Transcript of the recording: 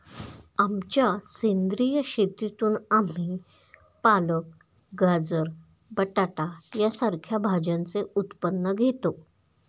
आमच्या सेंद्रिय शेतीतून आम्ही पालक, गाजर, बटाटा सारख्या भाज्यांचे उत्पन्न घेतो